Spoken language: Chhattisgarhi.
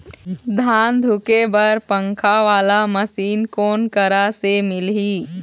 धान धुके बर पंखा वाला मशीन कोन करा से मिलही?